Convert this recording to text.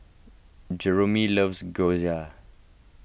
Jeromy loves Gyoza